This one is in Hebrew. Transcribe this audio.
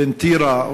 בין טירה,